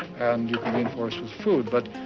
and you can reinforce with food. but,